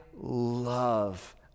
love